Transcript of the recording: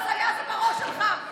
הזיה זה בראש שלך.